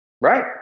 Right